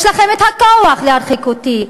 יש לכם כוח להרחיק אותי.